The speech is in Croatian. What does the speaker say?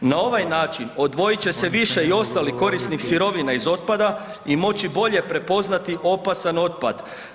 Na ovaj način odvojit će se više i ostalih korisnih sirovina iz otpada i moći bolje prepoznati opasan otpad.